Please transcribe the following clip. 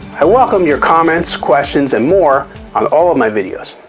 i welcome your comments, questions and more on all of my videos.